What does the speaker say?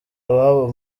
ababo